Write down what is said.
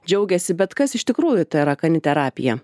džiaugiasi bet kas iš tikrųjų ta yra kaniterapija